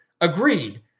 agreed